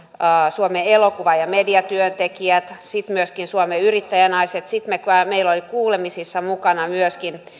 suomen elokuva ja mediatyöntekijät myöskin suomen yrittäjänaiset ja sitten meillä oli kuulemisissa mukana myöskin